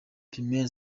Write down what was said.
primaire